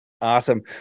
Awesome